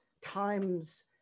times